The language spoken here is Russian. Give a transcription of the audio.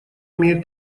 имеет